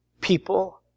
people